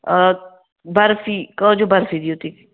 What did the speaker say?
آ برفی کاجو برفی دِیِو تُہۍ